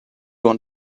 want